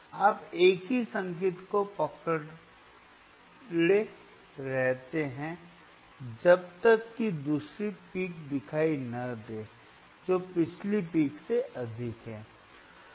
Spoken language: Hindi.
आप एक ही संकेत को पकड़े रहते हैं जब तक कि दूसरी पिक दिखाई न दे जो पिछली पिक से अधिक है